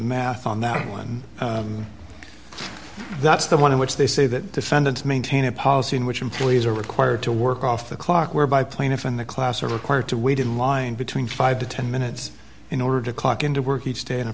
math on that one that's the one in which they say that defendants maintain a policy in which employees are required to work off the clock whereby plaintiffs in the class are required to wait in line between five to ten minutes in order to clock in to work each day in a